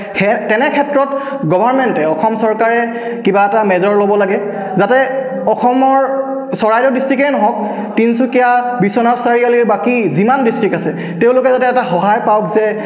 সেই তেনেক্ষেত্ৰত গভাৰ্ণমেণ্টে অসম চৰকাৰে কিবা এটা মেজাৰ ল'ব লাগে যাতে অসমৰ চৰাইদেউ ডিষ্ট্ৰিক্টেই নহওক তিনিচুকীয়া বিশ্বনাথ চাৰিআলিৰ বাকী যিমান ডিষ্ট্ৰিক্ট আছে তেওঁলোকে যাতে এটা সহায় পাওক যে